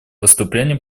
выступления